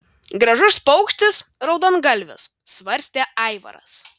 gražus paukštis raudongalvis svarstė aivaras